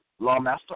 Lawmaster